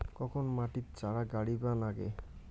কখন মাটিত চারা গাড়িবা নাগে?